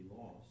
lost